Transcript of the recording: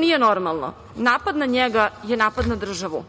nije normalno, napad na njega je napad na državu.